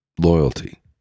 Loyalty